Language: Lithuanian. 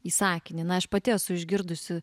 į sakinį na aš pati esu išgirdusi